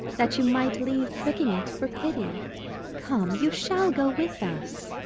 that you might leave pricking it for pity come, you shall go with us.